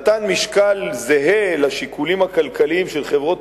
נתן משקל זהה לשיקולים הכלכליים של חברות